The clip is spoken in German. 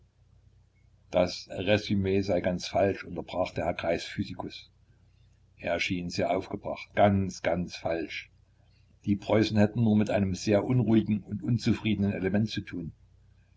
das resum sei ganz falsch unterbrach der herr kreisphysikus er schien sehr aufgebracht ganz ganz falsch die preußen hätten nur mit einem sehr unruhigen und unzufriednen elemente zu tun